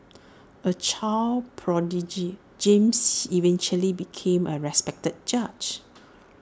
A child prodigy James eventually became A respected judge